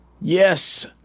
yes